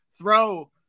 throw